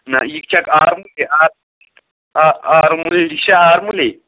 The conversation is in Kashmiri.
نہَ یہِ چھَکھ آرمُلہِ آرمُل آرمُلہِ یہِ چھَ آرمُلے